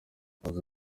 bazi